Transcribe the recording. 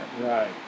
Right